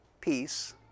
peace